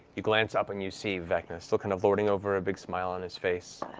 you glance up, and you see vecna still kind of lording over, a big smile on his face.